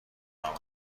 آمد